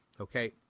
Okay